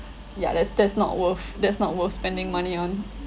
ya that's that's not worth that's not worth spending money on